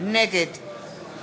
נגד